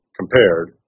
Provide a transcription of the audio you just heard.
compared